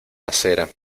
acera